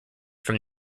from